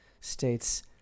states